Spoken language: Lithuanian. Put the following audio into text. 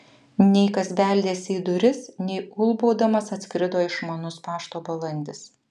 nei kas beldėsi į duris nei ulbaudamas atskrido išmanus pašto balandis